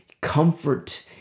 comfort